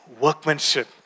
workmanship